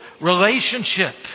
relationship